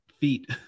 feet